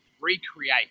recreate